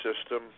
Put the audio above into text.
system